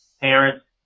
parents